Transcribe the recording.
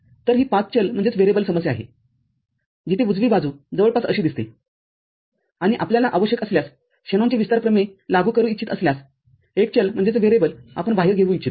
तर ही पाच चल समस्या आहेजिथे उजवी बाजू जवळपास अशी दिसते आणि आपल्याला आवश्यक असल्यास शेनॉनचे विस्तार प्रमेय लागू करू इच्छित असल्यासएक चलआपण बाहेर घेऊ इच्छितो